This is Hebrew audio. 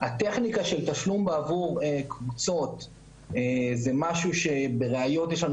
הטכניקה של תשלום בעבור קבוצות זה משהו שבראיות יש לנו